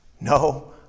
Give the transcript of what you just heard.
no